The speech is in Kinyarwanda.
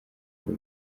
ngo